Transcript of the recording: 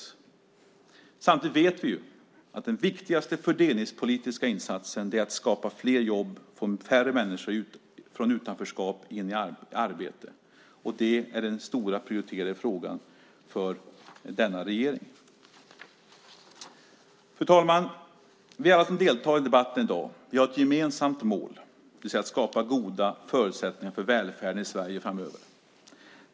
Samtidigt vet vi att den viktigaste fördelningspolitiska insatsen är att skapa fler jobb, så att fler människor kommer in i arbete och så att färre människor finns i utanförskap. Det är den stora och prioriterade frågan för denna regering. Fru talman! Vi som deltar i debatten i dag har ett gemensamt mål, det vill säga att skapa goda förutsättningar för välfärden i Sverige framöver.